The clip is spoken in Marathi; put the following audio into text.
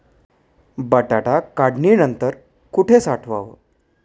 बटाटा काढणी नंतर कुठे साठवावा?